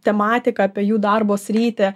tematiką apie jų darbo sritį